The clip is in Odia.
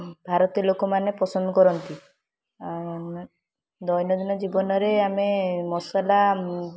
ଭାରତୀୟ ଲୋକମାନେ ପସନ୍ଦ କରନ୍ତି ଦୈନଦିନ ଜୀବନରେ ଆମେ ମସଲା